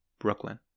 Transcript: Brooklyn